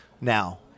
Now